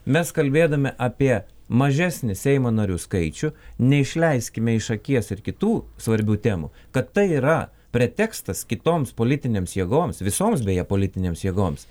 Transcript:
mes kalbėdami apie mažesnį seimo narių skaičių neišleiskime iš akies ir kitų svarbių temų kad tai yra pretekstas kitoms politinėms jėgoms visoms beje politinėms jėgoms